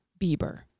Bieber